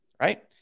right